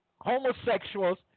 homosexuals